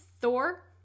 Thor